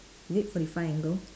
is it forty five angle